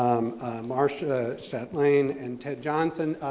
marcia chatelain and ted johnson.